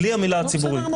בלי המילה "הציבורי",